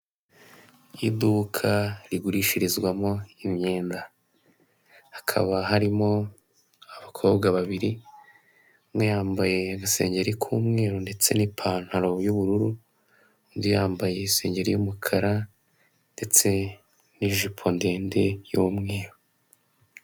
Iduka rigurishirizwamo imyenda hakaba harimo abakobwa babiri umwe yambaye agasengeri k'umweru ndetse n'ipantaro y'ubururu undi yambaye isengeri y'umukara ndetse n'ijipo ndende y'umweru .